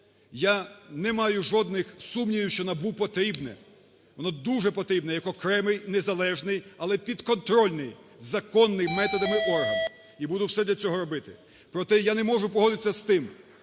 Я не маю жодних сумнівів, що НАБУ потрібне, воно дуже потрібне як окремий, незалежний, але підконтрольний законний методам орган. І буду все для цього робити. Проте я не можу погодитися з тим,